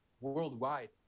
worldwide